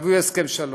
תביאו הסכם שלום,